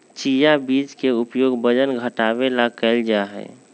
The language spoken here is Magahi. चिया बीज के उपयोग वजन घटावे ला कइल जाहई